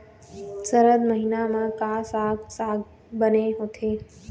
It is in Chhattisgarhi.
सरद महीना म का साक साग बने होथे?